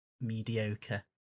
mediocre